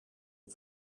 een